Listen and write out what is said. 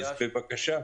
אז בבקשה,